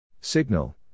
Signal